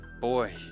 Boy